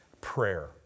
Prayer